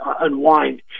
unwind